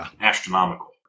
astronomical